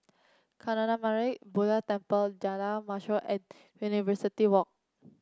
Kancanarama Buddha Temple Jalan Mashor and University Walk